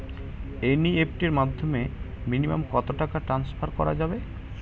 NEFT এর মাধ্যমে minimum কত টাকা টান্সফার করা যাবে?